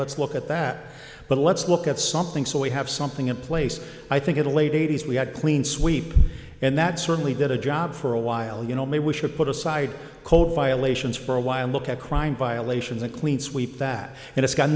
let's look at that but let's look at something so we have something in place i think in the late eighty's we had a clean sweep and that certainly did a job for a while you know maybe we should put aside code violations for a while and look at crime violations and clean sweep that it's got